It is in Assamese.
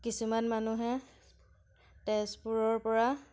কিছুমান মানুহে তেজপুৰৰ পৰা